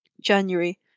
January